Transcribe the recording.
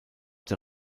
der